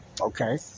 Okay